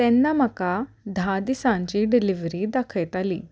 तेन्ना म्हाका धा दिसांची डिलिवरी दाखयताली